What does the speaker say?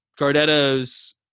Gardetto's